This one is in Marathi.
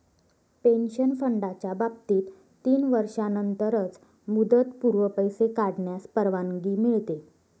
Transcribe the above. पेन्शन फंडाच्या बाबतीत तीन वर्षांनंतरच मुदतपूर्व पैसे काढण्यास परवानगी मिळते